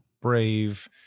Brave